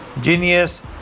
genius